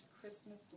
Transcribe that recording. Christmas